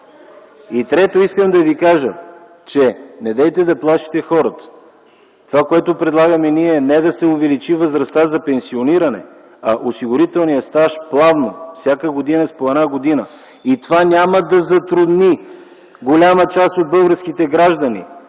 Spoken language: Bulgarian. Трето, искам да Ви кажа: недейте да плашите хората. Това, което предлагаме ние, е не да се увеличи възрастта за пенсиониране, а осигурителният стаж плавно, всяка година с по една година и това няма да затрудни голяма част от българските граждани,